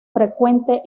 frecuente